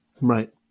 right